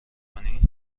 کنی